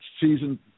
Season